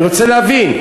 אני רוצה להבין.